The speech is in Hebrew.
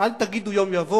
"אל תגידו יום יבוא,